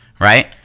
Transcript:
right